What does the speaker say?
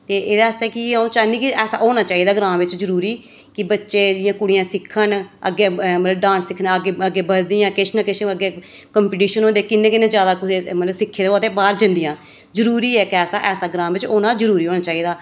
ते एह्दे आस्तै की जे अ'ऊं चाह्न्नीं कि ऐसा होना चाहिदा ग्रां बिच जरूरी कि बच्चे जि'यां कुड़ियां सिक्खन अग्गें ब मतलब डांस सिक्खन अग्गें बधदियां किश ना किश अग्गें कम्पिटीशन होंदे किन्ने किन्ने जैदा मतलब सिक्खे दे होऐ ते बाह्र जंदियां जरूरी ऐ ऐसा ऐसा ग्रांऽ बिच होना जरूरी होना चाहिदा